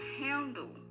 handle